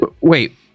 wait